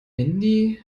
mandy